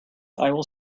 will